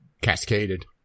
cascaded